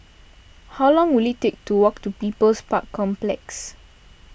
how long will it take to walk to People's Park Complex